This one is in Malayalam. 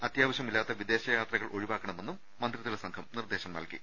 അത്യാവശ്യ മില്ലാത്ത വിദേശ യാത്രകൾ ഒഴിവാക്കണമെന്നും മന്ത്രി തലസംഘം നിർദ്ദേശം നൽകി